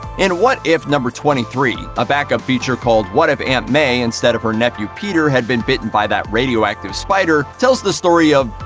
in what if twenty three, a back-up feature called what if aunt may instead of her nephew peter had been bitten by that radioactive spider? tells the story of